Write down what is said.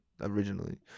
originally